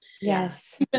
Yes